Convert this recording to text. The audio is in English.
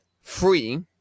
free